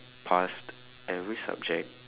passed every subject